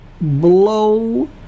blow